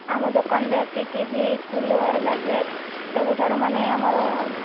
ଆମ ଦୋକାନରେ ଅଛି ଟିଭି କୁଲର୍ ଗଡ଼୍ରେଜ ସବୁଠାରୁ ମାନେ ଆମର